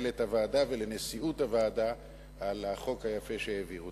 למנהלת הוועדה ולנשיאות הוועדה על החוק היפה שהעבירו.